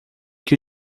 que